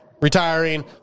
retiring